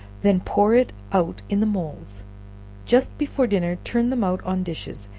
when pour it out in the moulds just before dinner turn them out on dishes,